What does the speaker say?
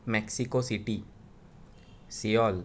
Mexico City Seoul